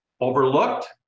overlooked